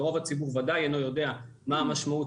ורוב הציבור ודאי אינו יודע מה המשמעות